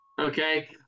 okay